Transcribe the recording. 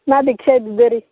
ನಾ ದೀಕ್ಷಾ ಇದ್ದಿದ್ದೇವೆ ರೀ